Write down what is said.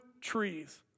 trees